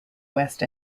west